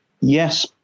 Yes